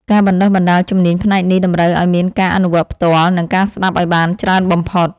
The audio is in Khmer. ការបណ្ដុះបណ្ដាលជំនាញផ្នែកនេះតម្រូវឱ្យមានការអនុវត្តផ្ទាល់ និង ការស្ដាប់ឱ្យបានច្រើនបំផុត។